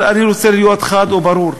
אבל אני רוצה להיות חד וברור: